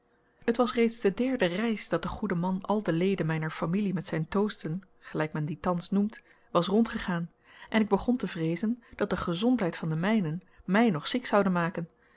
het was reeds de derde reis dat de goede man al de leden mijner familie met zijn toasten gelijk men die thans noemt was rondgegaan en ik begon te vreezen dat de gezondheid van de mijnen mij nog ziek zoude maken